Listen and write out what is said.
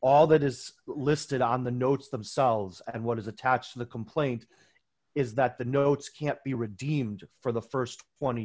all that is listed on the notes themselves and what is attached to the complaint is that the notes can't be redeemed for the st twenty